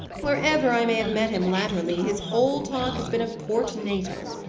wherever i may have met him latterly, his whole talk has been of port natal.